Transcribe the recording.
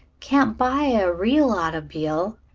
can't buy a real auto'bile,